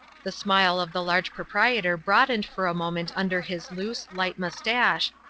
the smile of the large proprietor broadened for a moment under his loose, light moustache,